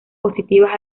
positivas